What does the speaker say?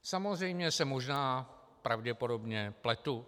Samozřejmě se možná pravděpodobně pletu.